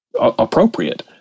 appropriate